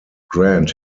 grant